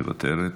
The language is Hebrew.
מוותרת,